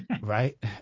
Right